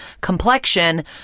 complexion